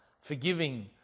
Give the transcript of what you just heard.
forgiving